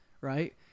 right